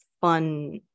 fun